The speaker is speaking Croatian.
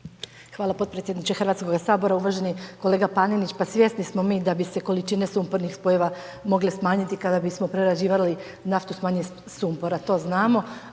Hvala potpredsjedniče Hrvatskog sabora, uvaženi kolega Panenić, pa svjesni smo mi da bi se količine sumpornih spojeva mogle smanjiti, kada bismo prerađivali naftu s manje sumpora. To znamo,